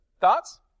Thoughts